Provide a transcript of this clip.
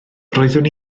roeddwn